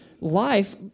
life